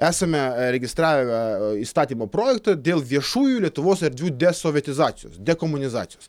esame registravę įstatymo projektą dėl viešųjų lietuvos erdvių desovietizacijos dekomunizacijos